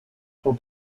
for